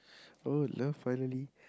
oh love finally